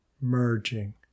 Merging